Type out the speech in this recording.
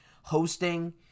hosting